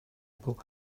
able